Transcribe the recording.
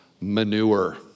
manure